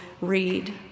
read